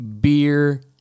beer